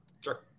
Sure